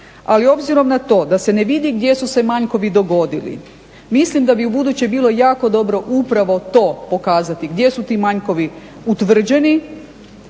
ali obzirom na to da se ne vidi gdje su se manjkovi dogodili mislim da bi ubuduće bilo jako dobro upravo to pokazati gdje su ti manjkovi utvrđeni